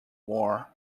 war